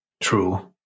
True